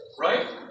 Right